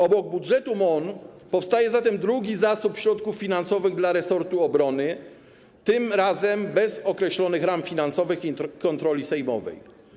Obok budżetu MON powstaje zatem drugi zasób środków finansowych dla resortu obrony, tym razem bez określonych ram finansowych i kontroli sejmowej.